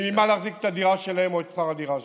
וממה להחזיק את הדירה שלהם או את שכר הדירה שלהם.